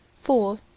four